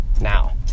now